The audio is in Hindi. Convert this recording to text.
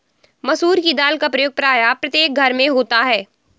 मसूर की दाल का प्रयोग प्रायः प्रत्येक घर में होता है